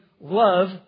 love